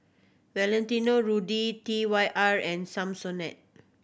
Valentino Rudy T Y R and Samsonite